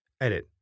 Edit